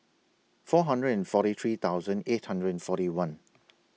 four hundred and forty three thousand eight hundred and forty one